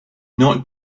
not